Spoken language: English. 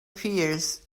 fears